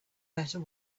better